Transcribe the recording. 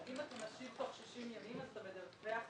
לא, אם אתה משאיר פה 60 ימים אז אתה מדווח לו